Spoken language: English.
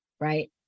right